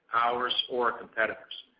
ours or competitors.